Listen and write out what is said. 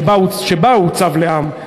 שבה הוא עוצב לעם,